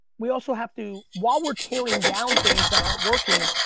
we also have to, while we're tearing down things that aren't working,